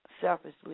Selfishly